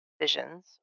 visions